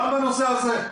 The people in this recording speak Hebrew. גם בנושא הזה.